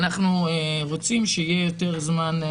אנחנו רוצים שיהיה יותר זמן,